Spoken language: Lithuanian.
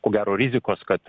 ko gero rizikos kad